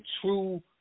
true